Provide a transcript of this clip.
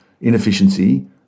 inefficiency